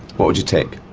what would you tick?